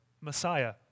Messiah